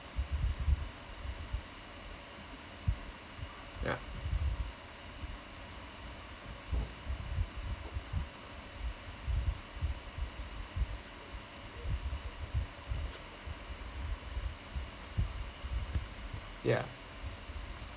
yeah yeah